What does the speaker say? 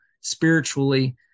spiritually